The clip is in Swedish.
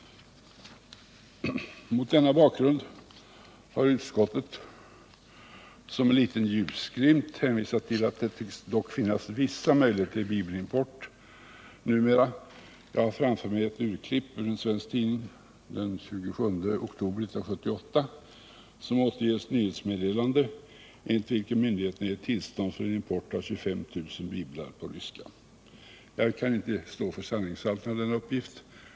Mot denna bakgrund har utskottet som en liten ljuslimt hänvisat till att det numera dock tycks finnas vissa möjligheter till bibelimport. Jag har i min hand ett urklipp ur en svensk tidning den 27 oktober 1978, som återger ett nyhetsmeddelande enligt vilket myndigheterna ger tillstånd till import av 25 000 biblar på ryska. Jag kan inte stå för sanningshalten i denna uppgift.